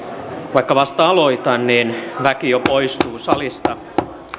vaikka vasta aloitan niin väki jo poistuu salista